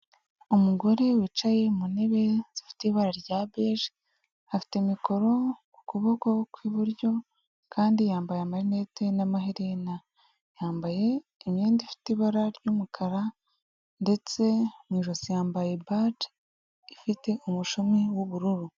Umugore wicaye mu ntebe zifite ibara rya beje, afite mikoro ku kuboko kw'iburyo, kandi yambaye amarinete n'amaherena, yambaye imyenda ifite ibara ry'umukara ndetse mu ijosi yambaye baji ifite umushumi w'ubururu.